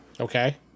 Okay